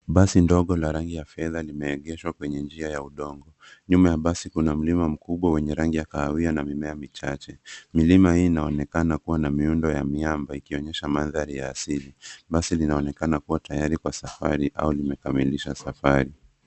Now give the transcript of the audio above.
Basi dogo la rangi ya fedha limeegeshwa kwenye njia ya udongo. Nyuma ya basi kuna mlima mkubwa wenye rangi ya kahawia na mimea michache. Milima hii inaonekana kuwa na miundo ya miamba, ikionyesha mandhari ya asili. Basi linaonekana kuwa tayari kwa safari au limekamilisha safari.